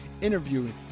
interviewing